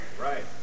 Right